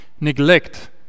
Neglect